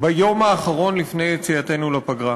ביום האחרון לפני יציאתנו לפגרה.